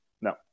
No